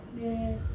Yes